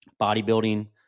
bodybuilding